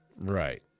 Right